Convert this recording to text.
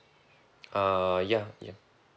uh ya ya